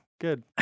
Good